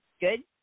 good